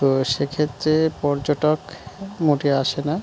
তো সেক্ষেত্রে পর্যটক মোটে আসে না